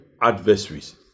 adversaries